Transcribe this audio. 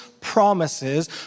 promises